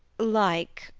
like.